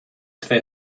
twee